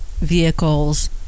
vehicles